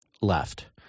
left